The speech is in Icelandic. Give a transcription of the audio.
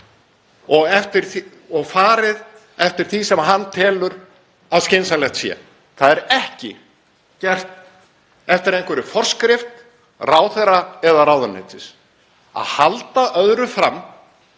og farið eftir því sem hann telur að skynsamlegt sé. Það er ekki gert eftir einhverri forskrift ráðherra eða ráðuneytis. Að halda öðru fram